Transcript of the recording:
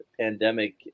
pandemic